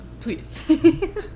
Please